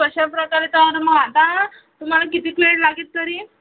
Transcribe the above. कशा प्रकारे आता तुम्हाला किती वेळ लागेल तरी